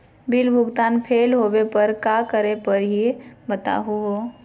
Bill भुगतान fail होवे पर का करै परही, बताहु हो?